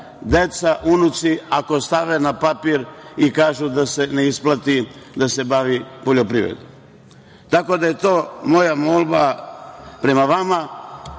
deca, unuci, ako stave na papir i kažu da se ne isplati da se bave poljoprivredom. Tako da je to moja molba prema vama.